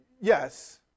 Yes